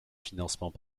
financement